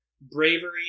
bravery